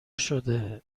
شده